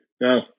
No